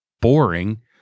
boring